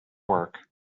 work